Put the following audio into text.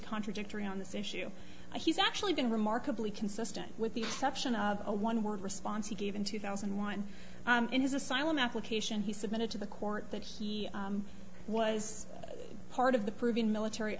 contradictory on this issue he's actually been remarkably consistent with the exception of a one word response he gave in two thousand and one in his asylum application he submitted to the court that he was part of the peruvian military